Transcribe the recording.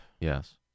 Yes